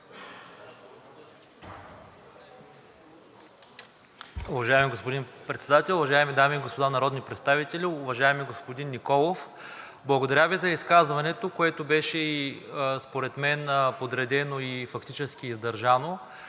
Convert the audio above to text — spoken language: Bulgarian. Уважаеми господин Председател, уважаеми дами и господа народни представители! Уважаеми господин Николов, благодаря Ви за изказването, което според мен беше подредено и фактически издържано.